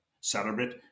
celebrate